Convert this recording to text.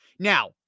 Now